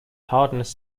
hardness